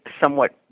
somewhat